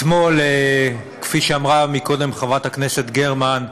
אתמול, כפי שאמרה קודם חברת הכנסת גרמן,